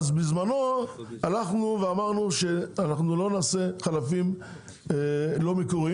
בזמנו אמרנו שאנחנו לא נעשה חלפים לא מקוריים